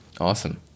Awesome